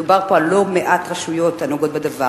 מדובר פה על לא מעט רשויות הנוגעות בדבר: